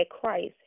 Christ